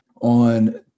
on